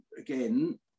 again